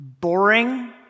boring